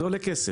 זה עולה כסף.